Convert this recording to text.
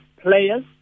players